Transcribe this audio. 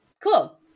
Cool